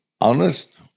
honest